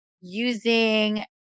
using